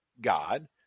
God